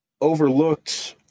overlooked